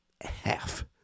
half